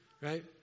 right